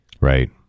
Right